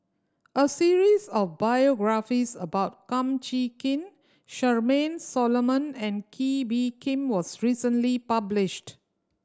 a series of biographies about Kum Chee Kin Charmaine Solomon and Kee Bee Khim was recently published